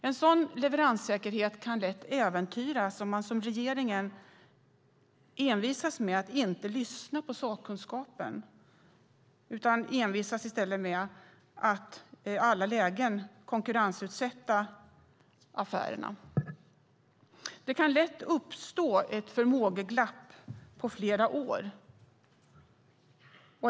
Men denna leveranssäkerhet kan lätt äventyras om man, som regeringen gör, envisas med att inte lyssna på sakkunskapen. I stället envisas man med att i alla lägen konkurrensutsätta affärerna. Det kan lätt uppstå ett förmågeglapp omfattande flera år.